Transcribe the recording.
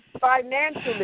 financially